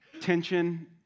tension